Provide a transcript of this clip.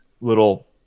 little